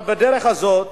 אבל בדרך הזאת